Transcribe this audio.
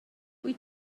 wyt